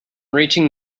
reaching